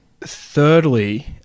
thirdly